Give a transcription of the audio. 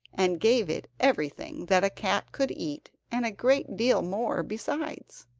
and gave it everything that a cat could eat, and a great deal more besides.